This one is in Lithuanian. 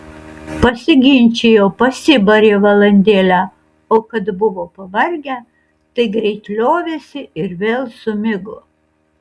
pasiginčijo pasibarė valandėlę o kad buvo pavargę tai greit liovėsi ir vėl sumigo